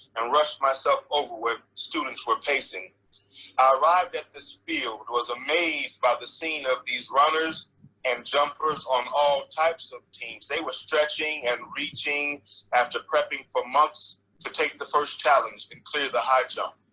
and rushed myself over where students were pacing. i arrived at this field was amazed by the scene of these runners and jumpers on all types of team. they were stretching and reaching after prepping for months to take the first challenge and clear the high jump.